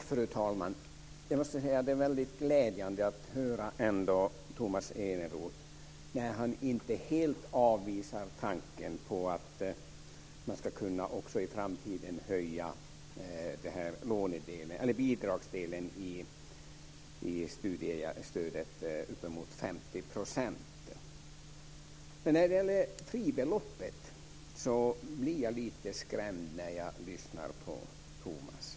Fru talman! Jag måste säga att det är väldigt glädjande att höra Tomas Eneroth när han inte helt avvisar tanken på att man ska kunna höja bidragsdelen i studiestödet med uppemot 50 % i framtiden. Men när det gäller fribeloppet blir jag lite skrämd när jag lyssnar på Tomas.